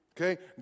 Okay